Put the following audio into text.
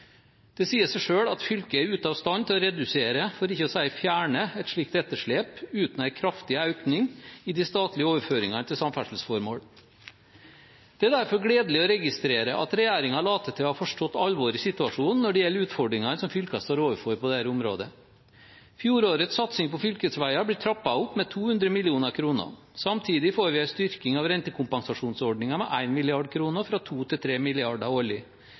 Det sier seg selv at fylket er ute av stand til å redusere, for ikke å si fjerne, et slikt etterslep uten en kraftig økning i de statlige overføringene til samferdselsformål. Det er derfor gledelig å registrere at regjeringen later til å ha forstått alvoret i situasjonen når det gjelder utfordringene som fylkene står overfor på dette området. Fjorårets satsing på fylkesveger blir trappet opp med 200 mill. kr. Samtidig får vi en styrking av rentekompensasjonsordningen med 1 mrd. kr, fra 2 mrd. kr til 3 mrd. kr årlig.